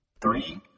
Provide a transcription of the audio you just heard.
Three